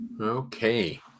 okay